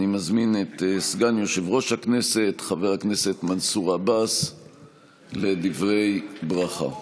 אני מזמין את סגן יושב-ראש הכנסת חבר הכנסת מנסור עבאס לדברי ברכה.